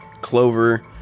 clover